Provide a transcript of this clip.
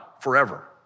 forever